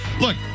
Look